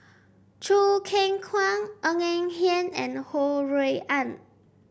Choo Keng Kwang Ng Eng Hen and Ho Rui An